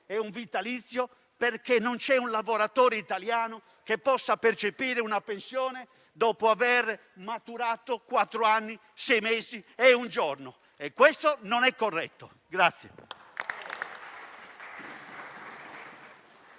e un vitalizio, perché non c'è un lavoratore italiano che possa percepire una pensione, dopo aver maturato quattro anni, sei mesi e un giorno: questo non è corretto.